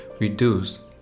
reduce